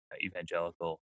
evangelical